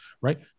right